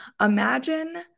Imagine